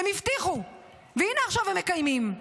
הם הבטיחו והינה עכשיו הם מקיימים.